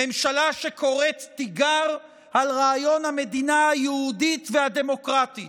ממשלה שקוראת תיגר על רעיון המדינה היהודית והדמוקרטית,